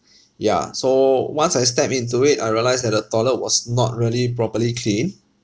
ya so once I stepped into it I realised that the toilet was not really properly cleaned